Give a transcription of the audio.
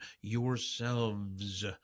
Yourselves